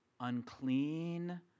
unclean